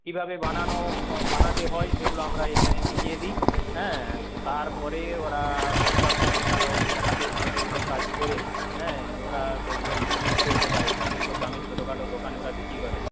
কিভাবে বানানো বানাতে হয় সেগুলো আমরা এখানে শিখিয়ে দিই হ্যাঁ তারপরে ওরা ব্যবসার সঙ্গে তারা ওই হাতের ছোটো ছোটো কাজ করে হ্যাঁ তারপরে ওরা ব্যবসার সঙ্গে যুক্ত হতে পারে এগুলো গ্রামের ছোটখাটো দোকানে ওরা বিক্রি করে